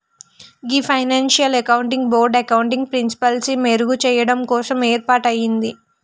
గీ financial accounting board accounting ప్రిన్సిపిల్సి మెరుగు చెయ్యడం కోసం ఏర్పాటయింది